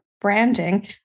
branding